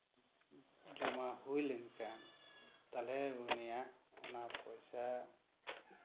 ᱡᱚᱢᱟ ᱦᱩᱭ ᱞᱮᱱᱠᱷᱟᱱ ᱛᱟᱞᱦᱮ ᱩᱱᱤᱭᱟᱜ ᱚᱱᱟ ᱯᱚᱭᱥᱟ